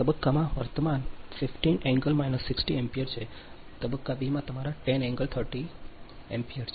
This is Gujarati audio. તબક્કામાં વર્તમાન 15 60 ° એમ્પીયર છે તબક્કા બીમાં તમારા 10 30 ° એમ્પીયર